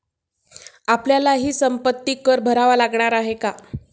आम्हालाही संपत्ती कर भरावा लागणार आहे का?